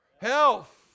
Health